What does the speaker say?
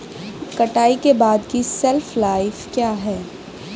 कटाई के बाद की शेल्फ लाइफ क्या है?